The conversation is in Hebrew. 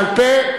בעל-פה,